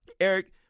Eric